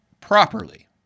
properly